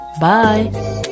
Bye